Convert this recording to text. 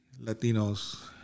Latinos